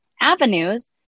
avenues